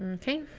and okay.